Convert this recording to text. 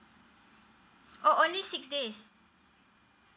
oh only six days